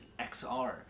XR